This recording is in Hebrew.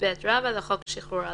21ב לחוק שחרור על-תנאי."